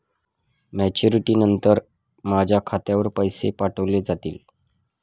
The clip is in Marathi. मॅच्युरिटी नंतर माझ्या खात्यावर पैसे पाठविले जातील?